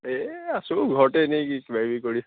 এই আছোঁ ঘৰতে এনেই কি কিবা কিবি কৰি